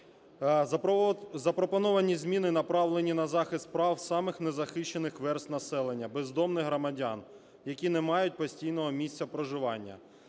Запропоновані зміни направлені на захист прав самих незахищених верств населення: бездомних громадян, які не мають постійного місця проживання.